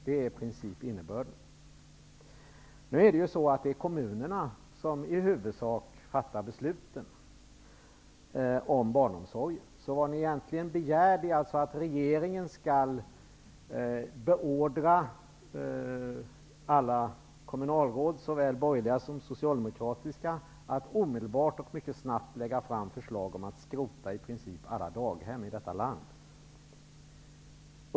Det är i princip innebörden. Det är i huvudsak kommunerna som fattar beslut om barnomsorgen. Vad ni egentligen begär är att regeringen skall beordra alla kommunalråd, såväl borgerliga som socialdemokratiska, att omedelbart lägga fram ett förslag om att skrota i princip alla daghem i detta land.